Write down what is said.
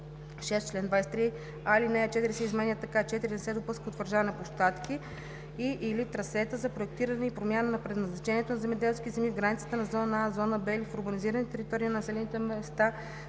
В чл. 23: а) алинея 4 се изменя така: „(4) Не се допуска утвърждаване на площадки и/или трасета за проектиране и промяна на предназначението на земеделски земи в границите на зона „А“, зона „Б“ или в урбанизираните територии на населените места